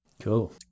Cool